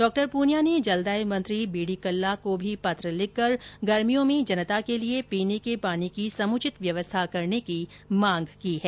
डॉ प्रनिया ने जलदाय मंत्री बी डी कल्ला को भी पत्र लिखकर गर्मियों में जनता के लिए पीने के पानी की समुचित व्यवस्था करने की मांग की है